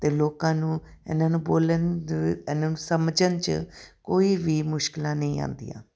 ਅਤੇ ਲੋਕਾਂ ਨੂੰ ਇਹਨਾਂ ਨੂੰ ਬੋਲਣ 'ਚ ਇਹਨਾਂ ਨੂੰ ਸਮਝਣ 'ਚ ਕੋਈ ਵੀ ਮੁਸ਼ਕਲਾਂ ਨਹੀਂ ਆਉਂਦੀਆਂ